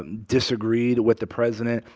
and disagreed with the president.